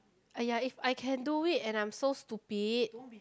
!aiya! if I can do it and I'm so stupid